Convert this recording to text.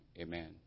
amen